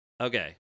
okay